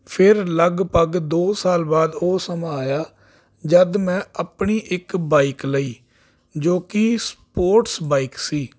ਫਿਰ ਲਗਭਗ ਦੋ ਸਾਲ ਬਾਅਦ ਉਹ ਸਮਾਂ ਆਇਆ ਜਦੋਂ ਮੈਂ ਆਪਣੀ ਇੱਕ ਬਾਈਕ ਲਈ ਜੋ ਕਿ ਸਪੋਰਟਸ ਬਾਈਕ ਸੀ